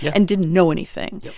yeah and didn't know anything.